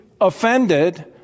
offended